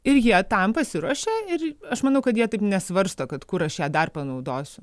ir jie tam pasiruošia ir aš manau kad jie taip nesvarsto kad kur aš ją dar panaudosiu